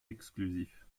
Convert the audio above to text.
exclusif